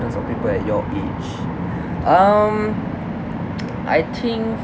or people at your age um I think